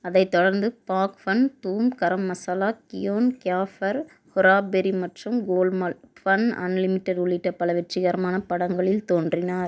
அதைத் தொடர்ந்து பக்ஃபன் தூம் கரம் மசாலா கியோன் கி ஃபிர் ஹேரா ஃபேரி மற்றும் கோல்மால் ஃபன் அன்லிமிடெட் உள்ளிட்ட பல வெற்றிகரமான படங்களில் தோன்றினார்